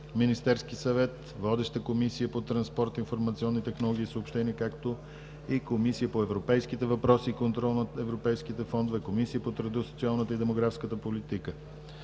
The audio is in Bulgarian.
Министерския съвет. Водеща е Комисията по транспорт, информационни технологии и съобщения, както и Комисията по европейските въпроси и контрол на европейските фондове, Комисията по труда, социалната и демографската политика.